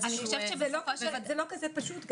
זה לא כזה פשוט.